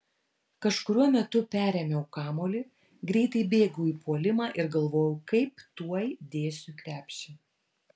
kažkuriuo metu perėmiau kamuolį greitai bėgau į puolimą ir galvojau kaip tuoj dėsiu į krepšį